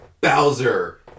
Bowser